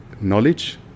knowledge